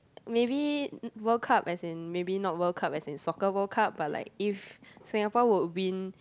maybe World Cup as in maybe not World Cup as in soccer World Cup but like if Singapore would win